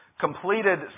Completed